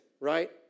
Right